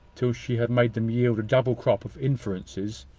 till she had made them yield a double crop of inferences,